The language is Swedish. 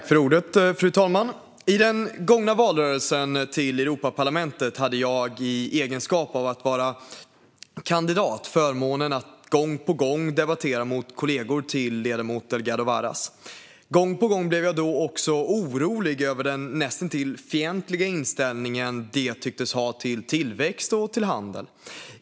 Fru talman! I den gångna valrörelsen inför valet till Europaparlamentet hade jag i egenskap av kandidat förmånen att gång på gång debattera mot kollegor till ledamoten Delgado Varas. Gång på gång blev jag då också orolig över den näst intill fientliga inställning de tycktes ha till tillväxt och handel.